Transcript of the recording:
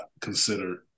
considered